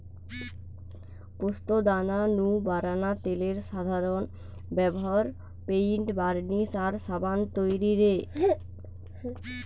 পোস্তদানা নু বারানা তেলের সাধারন ব্যভার পেইন্ট, বার্নিশ আর সাবান তৈরিরে